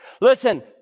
Listen